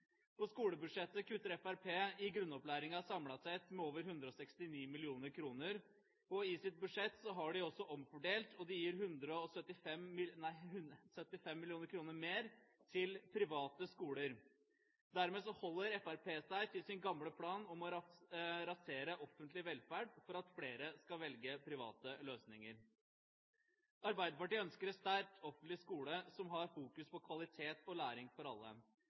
På skolebudsjettet kutter Fremskrittspartiet i grunnopplæringen samlet sett med over 169 mill. kr. I sitt budsjett har de også omfordelt, og de gir 75 mill. kr mer til private skoler. Dermed holder Fremskrittspartiet seg til sin gamle plan om å rasere offentlig velferd for at flere skal velge private løsninger. Arbeiderpartiet ønsker en sterk offentlig skole som har fokus på kvalitet og læring for alle.